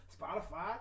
Spotify